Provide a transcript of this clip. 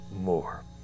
more